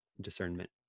discernment